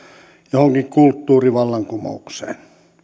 johonkin kulttuurivallankumoukseen